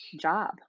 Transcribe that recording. job